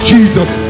Jesus